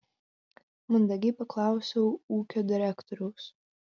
mandagiai paklausiau ūkio direktoriaus